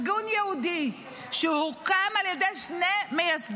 הארגון הוא ארגון ייעודי שהוקם על ידי שני מייסדים,